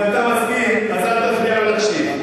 אם אתה מסכים אז אל תפריע לו להקשיב.